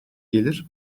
gelir